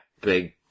big